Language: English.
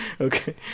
Okay